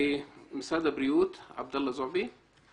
משרד הבריאות, עבדאללה זועבי.